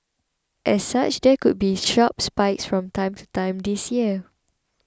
as such there could still be sharp spikes from time to time this year